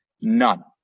none